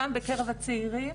גם בקרב הצעירים.